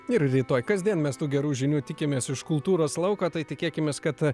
ir rytoj kasdien mes tų gerų žinių tikimės už kultūros lauko tai tikėkimės kad